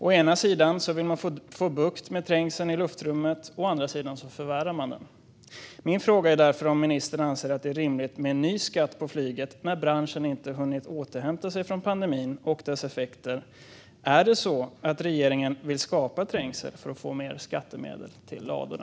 Å ena sidan vill man få bukt med trängseln i luftrummet, å andra sidan förvärrar man den. Min fråga är därför om ministern anser att det är rimligt med en ny skatt på flyget när branschen inte hunnit återhämta sig från pandemin och dess effekter? Är det så att regeringen vill skapa trängsel för att få mer skattemedel till ladorna?